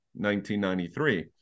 1993